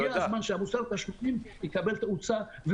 הגיע הזמן שמוסר התשלומים יקבל תאוצה.